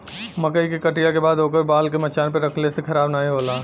मकई के कटिया के बाद ओकर बाल के मचान पे रखले से खराब नाहीं होला